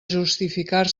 justificar